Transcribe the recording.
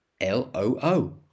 L-O-O